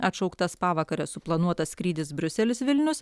atšauktas pavakarę suplanuotas skrydis briuselis vilnius